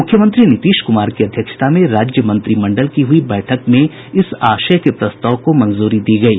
मुख्यमंत्री नीतीश कुमार की अध्यक्षता में राज्य मंत्रिमंडल की हुई बैठक में इस आशय के प्रस्ताव को मंजूरी दी गयी